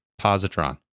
positron